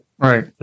Right